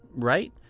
right?